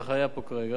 שר הרווחה היה פה כרגע,